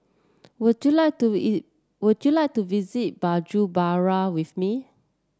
would you like to would you like to visit Bujumbura with me